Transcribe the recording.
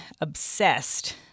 obsessed